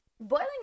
Boiling